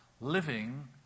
living